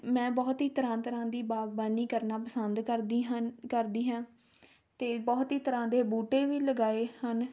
ਮੈਂ ਬਹੁਤ ਹੀ ਤਰ੍ਹਾਂ ਤਰ੍ਹਾਂ ਦੀ ਬਾਗਬਾਨੀ ਕਰਨਾ ਪਸੰਦ ਕਰਦੀ ਹਨ ਕਰਦੀ ਹਾਂ ਅਤੇ ਬਹੁਤ ਹੀ ਤਰ੍ਹਾਂ ਦੇ ਬੂਟੇ ਵੀ ਲਗਾਏ ਹਨ